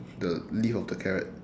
the leaf of the carrot